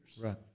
Right